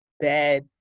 bad